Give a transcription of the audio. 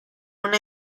una